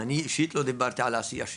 אני אישית לא דיברתי על העשייה שלי.